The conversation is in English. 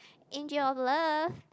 angel of love